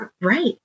Right